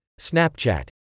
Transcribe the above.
Snapchat